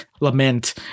Lament